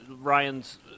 Ryan's